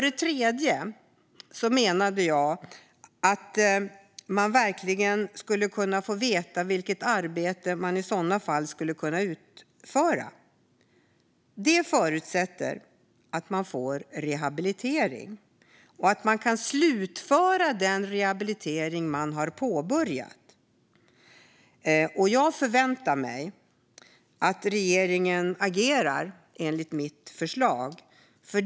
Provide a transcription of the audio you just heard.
Det tredje alternativet var att man skulle kunna få veta vilket arbete man annars skulle kunna utföra. Det förutsätter att man får rehabilitering och att man kan slutföra den. Jag förväntar mig att regeringen agerar enligt mitt förslag.